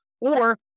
Or-